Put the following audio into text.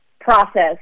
process